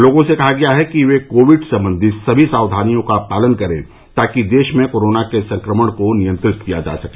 लोगों से कहा गया है कि ये कोविड सम्बंधी सभी सावधानियों का पालन करें ताकि देश में कोरोना के संक्रमण के नियंत्रित किया जा सके